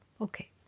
okay